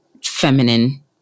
feminine